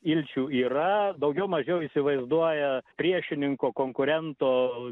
ilčių yra daugiau mažiau įsivaizduoja priešininko konkurento